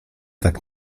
tak